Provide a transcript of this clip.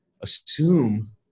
assume